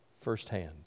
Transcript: firsthand